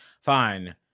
fine